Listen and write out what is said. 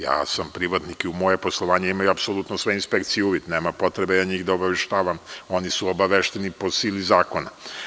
Ja sam privatnik i u moje poslovanje imaju apsolutno sve inspekcije uvid, nema potrebe ja njih da obaveštavam, oni su obavešteni po sili zakona.